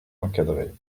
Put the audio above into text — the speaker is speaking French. encadrées